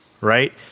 Right